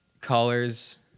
colors